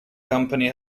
company